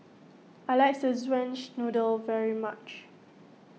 I like Szechuan's Noodle very much